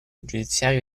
giudiziario